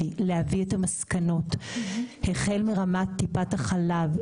להביא את המסקנות החל מרמת טיפת החלב,